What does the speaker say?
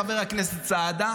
חבר הכנסת סעדה,